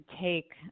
take